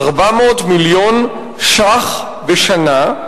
400 מיליון שקלים בשנה,